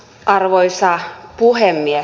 arvoisa puhemies